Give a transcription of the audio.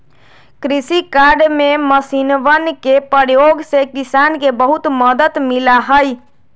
कृषि कार्य में मशीनवन के प्रयोग से किसान के बहुत मदद मिला हई